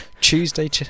Tuesday